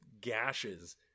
gashes